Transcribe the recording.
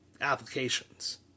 applications